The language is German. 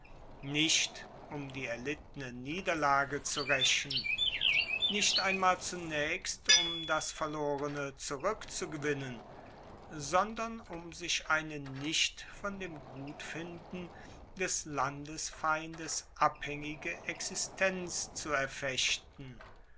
nicht um die erlittene niederlage zu raechen nicht einmal zunaechst um das verlorene zurueckzugewinnen sondern um sich eine nicht von dem gutfinden des landesfeindes abhaengige existenz zu erfechten